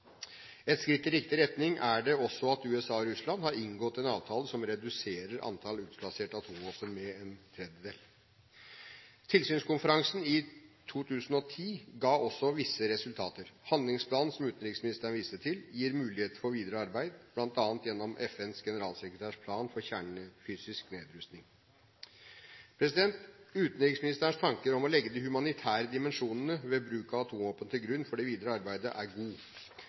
Et skritt i riktig retning er det også at USA og Russland har inngått en avtale som reduserer antall utplasserte atomvåpen med en tredjedel. Tilsynskonferansen i 2010 ga også visse resultater. Handlingsplanen, som utenriksministeren viste til, gir muligheter for videre arbeid, bl.a. gjennom FNs generalsekretærs plan for kjernefysisk nedrustning. Utenriksministerens tanker om å legge de humanitære dimensjonene ved bruk av atomvåpen til grunn for det videre arbeidet er god.